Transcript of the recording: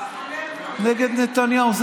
נגד נתניהו.